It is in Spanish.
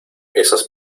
esas